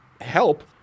help